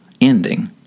ending